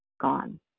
gone